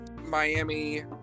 miami